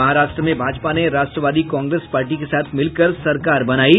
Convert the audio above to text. महाराष्ट्र में भाजपा ने राष्ट्रवादी कांग्रेस पार्टी के साथ मिलकर सरकार बनायी